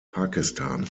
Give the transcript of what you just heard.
pakistan